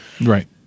right